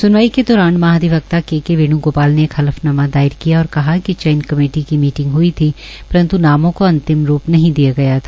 स्नवाई के दौरान महधिवक्ता के के वेण्गोपाल ने एक हल्फनामा दायर किया और कहा कि चयन कमेटी की मीटिंग हुई थी परन्त् नामों की अंतिम रूप् नहीं दिया गया था